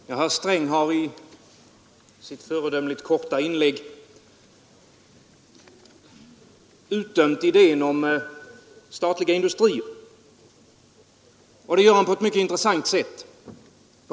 Fru talman! Herr Sträng har i sitt föredömligt korta inlägg uttömt idén om statliga industrier. Det gör han på ett mycket intressant sätt.